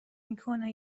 میکنه